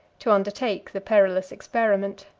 to undertake the perilous experiment.